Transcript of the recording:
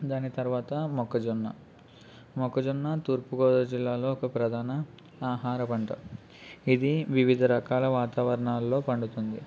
దాని తర్వాత మొక్కజొన్న మొక్కజొన్న తూర్పుగోదావరి జిల్లాలో ఒక ప్రధాన ఆహార పంట ఇది వివిధ రకాల వాతావరణాలలో పండుతుంది